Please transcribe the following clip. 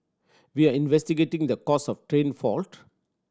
we are investigating the cause of train fault